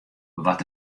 wat